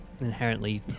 inherently